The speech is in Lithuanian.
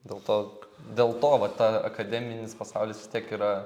dėl to dėl to va ta akademinis pasaulis vis tiek yra